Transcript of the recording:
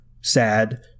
sad